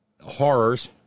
horrors